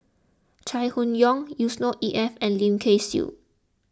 Chai Hon Yoong Yusnor Ef and Lim Kay Siu